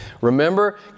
Remember